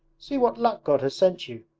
see what luck god has sent you!